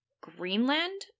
greenland